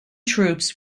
troops